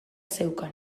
zeukan